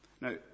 Now